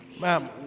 Ma'am